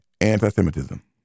anti-Semitism